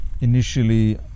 initially